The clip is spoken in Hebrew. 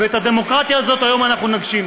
ואת הדמוקרטיה הזאת היום אנחנו נגשים.